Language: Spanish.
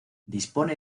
dispone